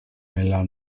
nella